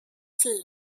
scene